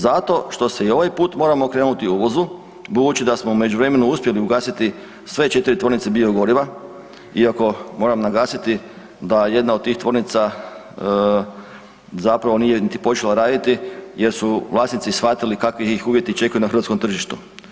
Zato što se i ovaj put moramo okrenuti uvozu budući da smo u međuvremenu uspjeli ugasiti sve 4 tvornice biogoriva, iako, moram naglasiti da jedna od tih tvornica zapravo nije niti počela raditi jer su vlasnici shvatili kakvi ih uvjeti čekaju na hrvatskom tržištu.